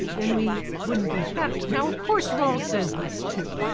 then we wouldn't be happy. now of course rawls says this too,